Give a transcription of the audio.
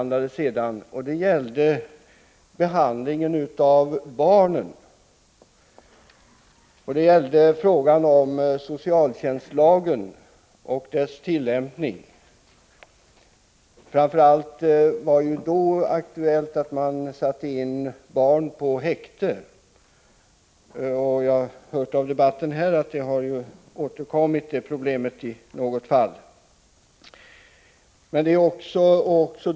Detta betänkande behandlade barnen, frågan om socialtjänstlagen och dess tillämpning. Framför allt var det då aktuellt att man satte barn i häkte. I debatten har det sagts att detta problem har återkommit i något fall.